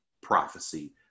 prophecy